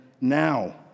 now